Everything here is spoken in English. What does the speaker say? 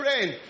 rain